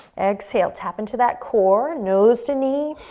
exhale, tap into that core, nose to knee,